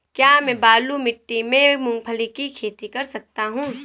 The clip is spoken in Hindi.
क्या मैं बालू मिट्टी में मूंगफली की खेती कर सकता हूँ?